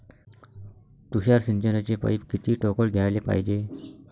तुषार सिंचनाचे पाइप किती ठोकळ घ्याले पायजे?